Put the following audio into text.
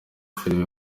filime